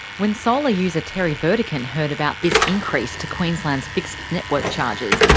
when solar user terry vertigan heard about this increase to queensland's fixed network charges,